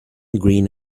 green